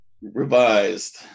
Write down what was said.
Revised